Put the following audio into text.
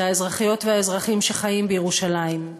זה האזרחיות והאזרחים שחיים בירושלים.